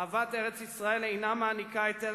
אהבת ארץ-ישראל אינה מעניקה היתר